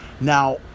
Now